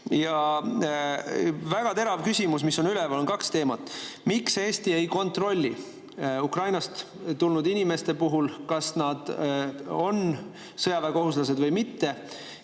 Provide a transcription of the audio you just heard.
Väga teravad küsimused, mis on üleval, on kaks teemat. Miks Eesti ei kontrolli Ukrainast tulnud inimeste puhul, kas nad on sõjaväekohuslased või mitte?